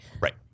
Right